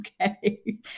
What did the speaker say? okay